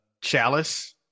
chalice